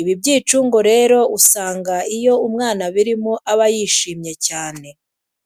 Ibi byicungo rero usanga iyo umwana abirimo aba yizihiwe cyane.